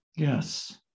Yes